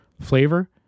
flavor